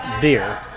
beer